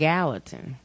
Gallatin